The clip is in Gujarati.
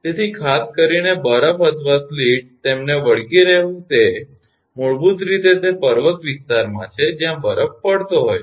તેથી ખાસ કરીને બરફ અથવા સ્લીટકરાનો વરસાદ તેમને વળગી રહેવું તે મૂળભૂત રીતે તે પર્વત વિસ્તારમાં છે જ્યાં બરફ પડતો હોય છે